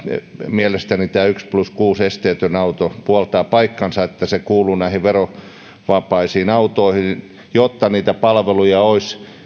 mielestäni tämä esteetön yksi plus kuusi auto puoltaa paikkansa siinä että se kuuluu näihin verovapaisiin autoihin jotta niitä palveluja olisi